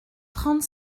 trente